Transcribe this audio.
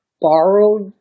borrowed